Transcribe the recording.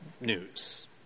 news